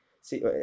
see